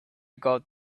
got